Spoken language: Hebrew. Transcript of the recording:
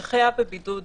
שחייב בבידוד,